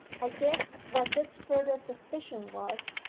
i guessed what this further suspicion was,